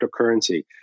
cryptocurrency